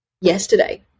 yesterday